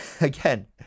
again